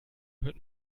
hört